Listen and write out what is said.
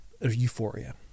euphoria